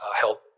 help